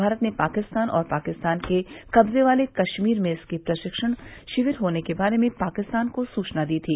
भारत ने पाकिस्तान और पाकिस्तान के कब्जे वाले कश्मीर में इसके प्रशिक्षण शिविर होने के बारे में पाकिस्तान को सूचना दी थी